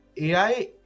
AI